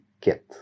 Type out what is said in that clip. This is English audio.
get